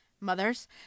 Mothers